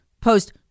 post